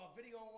video